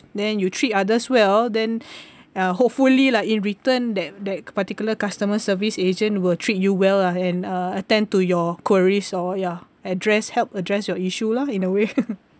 then you treat others well then uh hopefully lah in return that that particular customer service agent will treat you well lah and uh attend to your queries or ya address help address your issue lah in a way